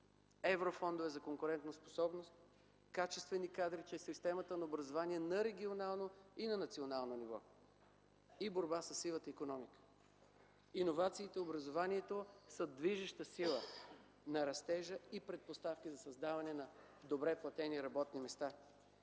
еврофондове за конкурентоспособност, качествени кадри чрез системата на образованието на регионално и на национално ниво и борба със сивата икономика. Иновациите и образованието са движещата сила на растежа и предпоставки за създаване на добре платени работни места.